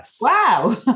wow